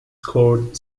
scored